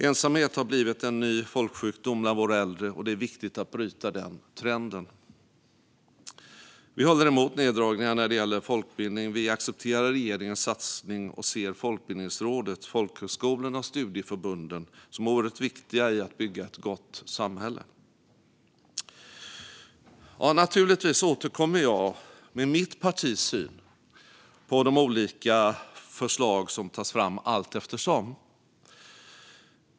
Ensamhet har blivit en ny folksjukdom bland våra äldre, och det är viktigt att bryta den trenden. Vi håller emot neddragningar när det gäller folkbildning. Vi accepterar regeringens satsning och ser Folkbildningsrådet, folkhögskolorna och studieförbunden som oerhört viktiga i att bygga ett gott samhälle. Naturligtvis återkommer jag med mitt partis syn på de olika förslag som tas fram allteftersom.